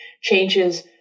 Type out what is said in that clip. changes